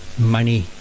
money